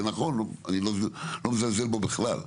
זה נכון; אני לא מזלזל בו בכלל.